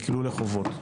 ונקלעו לחובות.